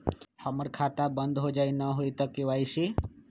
हमर खाता बंद होजाई न हुई त के.वाई.सी?